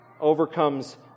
overcomes